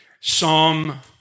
Psalm